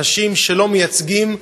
אנשים שלא מייצגים,